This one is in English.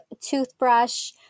toothbrush